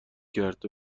کرد